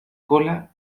cola